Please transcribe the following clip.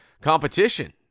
competition